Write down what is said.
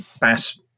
Bass